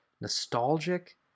nostalgic